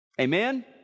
Amen